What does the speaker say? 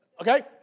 Okay